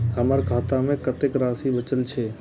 हमर खाता में कतेक राशि बचल छे?